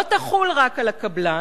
לא תחול רק על הקבלן,